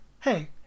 Hey